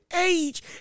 age